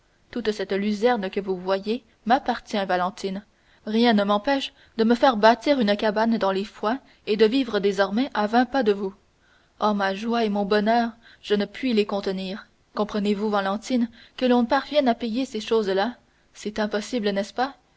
toute cette luzerne que vous voyez m'appartient valentine rien ne m'empêche de me faire bâtir une cabane dans les foins et de vivre désormais à vingt pas de vous oh ma joie et mon bonheur je ne puis les contenir comprenez-vous valentine que l'on parvienne à payer ces choses-là c'est impossible n'est-ce pas